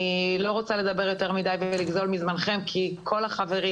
אני לא רוצה לדבר יותר מדי ולגזול מזמנכם כי כל החברים